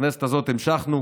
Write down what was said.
בכנסת הזאת המשכנו,